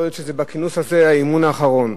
יכול להיות שבכינוס הזה זה האמון האחרון,